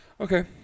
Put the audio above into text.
Okay